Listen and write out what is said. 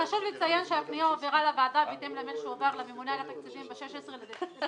חשוב לציין שהפניות בהתאם למה שהועבר לממונה על התקציבים ב- 16 בדצמבר.